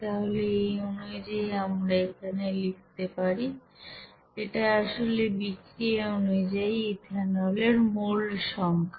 তাহলে এই অনুযায়ী আমরা এখানে লিখতে পারি এটা আসলে বিক্রিয়া অনুযায়ী ইথানলের মোল এর সংখ্যা